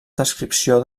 descripció